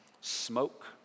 Smoke